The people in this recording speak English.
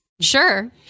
Sure